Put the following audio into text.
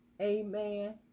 Amen